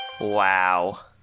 Wow